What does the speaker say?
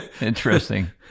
Interesting